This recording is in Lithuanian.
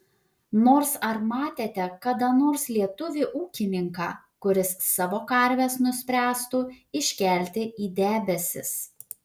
nors ar matėte kada nors lietuvį ūkininką kuris savo karves nuspręstų iškelti į debesis